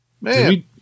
man